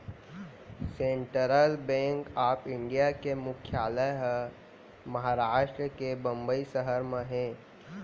central bank of India के मुख्यालय ह महारास्ट के बंबई सहर म हे